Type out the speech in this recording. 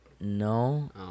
No